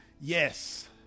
Yes